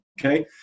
okay